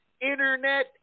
internet